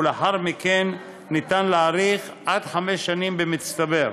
ולאחר מכן אפשר להאריך עד חמש שנים במצטבר.